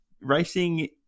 racing